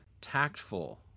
tactful